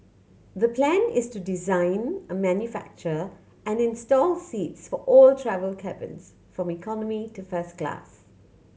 the plan is to design a manufacture and install seats for all travel cabins from economy to first class